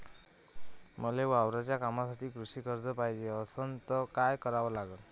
मले वावराच्या कामासाठी कृषी कर्ज पायजे असनं त काय कराव लागन?